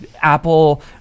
Apple